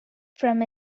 from